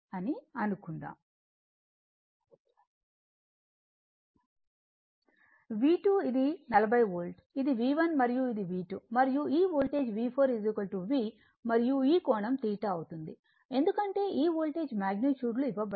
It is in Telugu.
అని అనుకుందాం V2 ఇది 40 వోల్ట్ ఇది V1 మరియు ఇది V2 మరియు ఈ వోల్టేజ్ V4 V మరియు ఈ కోణం θ అవుతుంది ఎందుకంటే ఈ వోల్టేజ్ మాగ్నిట్యూడ్లు ఇవ్వబడ్డాయి